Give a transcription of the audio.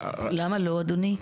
למה לא, אדוני?